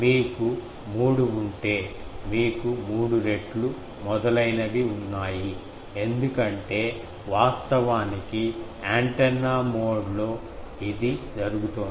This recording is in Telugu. మీకు 3 ఉంటే మీకు 3 రెట్లు మొదలైనవి ఉన్నాయి ఎందుకంటే వాస్తవానికి యాంటెన్నా మోడ్లో ఇది జరుగుతోంది